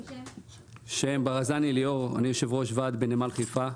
אני יושב-ראש ועד בנמל חיפה.